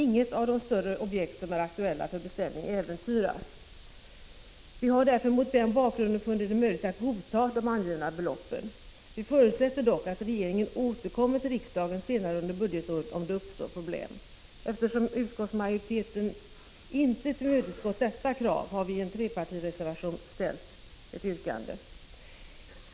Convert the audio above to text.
Inget av de större objekt som är aktuella för beställning äventyras. Vi har mot den bakgrunden funnit det möjligt att godta de angivna beloppen. Vi förutsätter dock att regeringen återkommer till riksdagen senare under budgetåret om det uppstår problem. Eftersom utskottsmajoriteten inte tillmötesgått detta krav, har vi i en trepartireservation ställt detta yrkande.